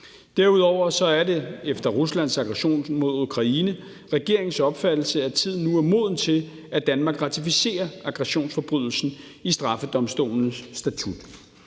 Derudover er det efter Ruslands aggression mod Ukraine regeringens opfattelse, at tiden nu er moden til, at Danmark ratificerer aggressionsforbrydelsen i straffedomstolens statut.